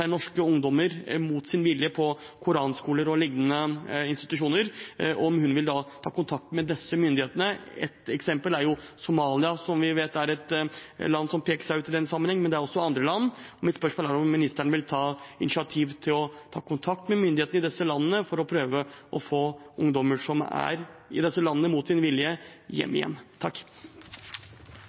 seg norske ungdommer på mot sin vilje – koranskoler og lignende institusjoner? Ett eksempel er Somalia, som er et land som peker seg ut i den sammenheng, men det er også andre land. Mitt spørsmål er altså om ministeren vil ta initiativ til å ta kontakt med myndighetene i disse landene for å prøve å få ungdommer som er i disse landene mot sin vilje, hjem igjen.